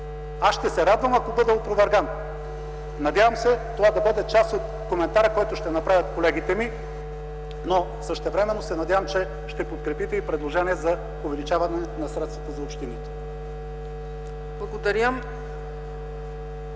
Аз ще се радвам, ако бъда опроверган. Надявам се това да бъде част от коментара, който ще направят колегите ми, но същевременно се надявам, че ще подкрепите и предложение за увеличаване на средствата за общините. ПРЕДСЕДАТЕЛ